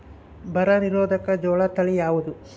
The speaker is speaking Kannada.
ಬರ ನಿರೋಧಕ ಜೋಳ ತಳಿ ಯಾವುದು?